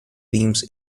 beams